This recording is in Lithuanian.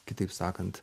kitaip sakant